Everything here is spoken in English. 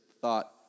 thought